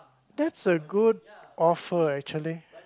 that's a good offer actually